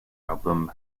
album